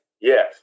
yes